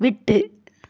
விட்டு